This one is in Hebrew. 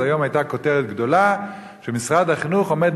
אז היום היתה כותרת גדולה שמשרד החינוך עומד